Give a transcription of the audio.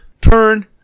turn